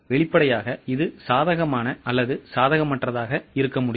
வெளிப்படையாக இது சாதகமான அல்லது சாதகமற்றதாக இருக்கலாம்